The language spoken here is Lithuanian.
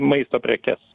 maisto prekes